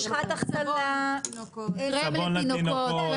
קרם לתינוקות.